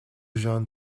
genre